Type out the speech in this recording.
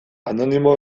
anonimo